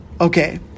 Okay